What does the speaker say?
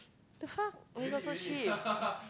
the fuck oh-my-god so cheap